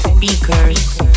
speakers